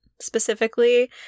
specifically